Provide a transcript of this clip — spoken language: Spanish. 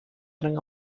eran